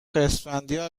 اسفندیار